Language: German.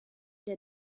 der